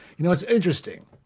you know it's interesting,